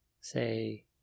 say